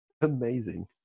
Amazing